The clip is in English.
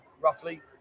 roughly